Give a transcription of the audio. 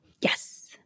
Yes